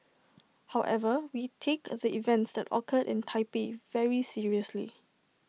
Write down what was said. however we take the events that occurred in Taipei very seriously